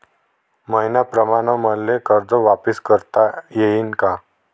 मईन्याप्रमाणं मले कर्ज वापिस करता येईन का?